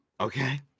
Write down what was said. okay